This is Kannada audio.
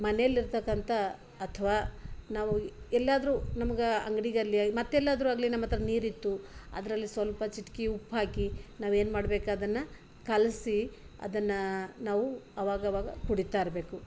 ಮನೇಲಿರ್ತಕಂಥ ಅಥವಾ ನಾವು ಎಲ್ಲಾದರೂ ನಮ್ಗೆ ಅಂಗ್ಡಿಗಲ್ಲಿಯಾಗ ಮತ್ತೆಲ್ಲಾದರೂ ಆಗಲಿ ನಮ್ಮಹತ್ರ ನೀರಿತ್ತು ಅದರಲ್ಲಿ ಸ್ವಲ್ಪ ಚಿಟಿಕೆ ಉಪ್ಪು ಹಾಕಿ ನಾವೇನ್ಮಾಡ್ಬೇಕು ಅದನ್ನು ಕಲಸಿ ಅದನ್ನು ನಾವು ಅವಾಗವಾಗ ಕುಡಿತಾ ಇರಬೇಕು